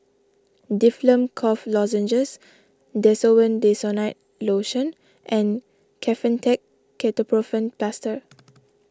Difflam Cough Lozenges Desowen Desonide Lotion and Kefentech Ketoprofen Plaster